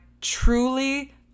truly